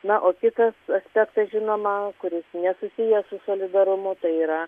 na o kitas aspektas žinoma kuris nesusijęs su solidarumu tai yra